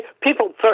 people